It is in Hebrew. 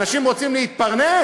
אנשים רוצים להתפרנס,